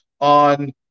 on